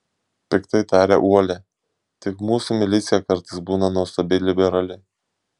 piktai tarė uolia tik mūsų milicija kartais būna nuostabiai liberali